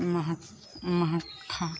महा महाखाइ